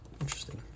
Interesting